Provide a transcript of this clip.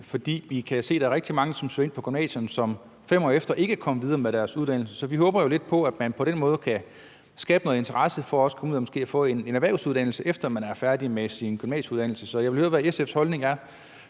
For vi kan se, at der er rigtig mange, som søger ind på gymnasierne, som 5 år efter ikke er kommet videre med deres uddannelse, så vi håber jo lidt på, at man på den måde kan skabe noget interesse for også at komme ud og måske få en erhvervsuddannelse, efter man er færdig med sin gymnasieuddannelse. Så jeg vil høre, hvad SF's holdning er